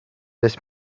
this